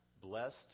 blessed